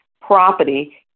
property